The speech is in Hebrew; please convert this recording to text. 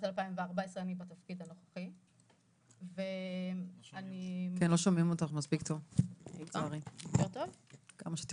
בתפקיד הנוכחי אני משנת 2014. כמערך ייצוג קטינים "עו"ד משלי"